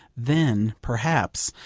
then, perhaps,